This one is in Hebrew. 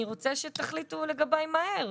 אני רוצה שתחליטו לגבי מהר,